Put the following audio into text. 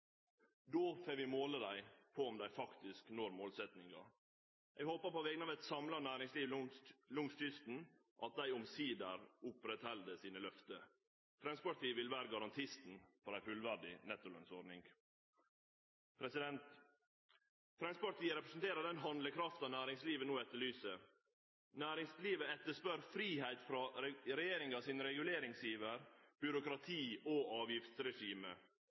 Då får vi måle ho på om ho faktisk når målsetjinga. Eg håpar på vegner av eit samla næringsliv langs kysten at dei omsider opprettheld sine løfte. Framstegspartiet vil vere garantisten for ei fullverdig nettolønnsordning. Framstegspartiet representerer den handlekrafta næringslivet no etterlyser. Næringslivet etterspør fridom frå regjeringas reguleringsiver, byråkrati og avgiftsregime. Derfor vil Framstegspartiet fjerne arveavgifta og